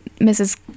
mrs